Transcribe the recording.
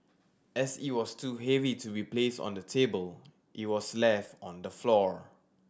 as it was too heavy to be placed on the table it was left on the floor